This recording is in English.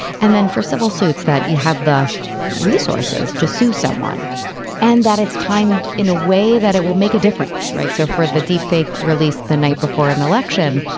and then for civil suits that you have the resources to sue someone and that it's timed in a way that it will make a difference. right. so for the deep fake released the night before an election,